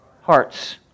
Hearts